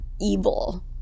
evil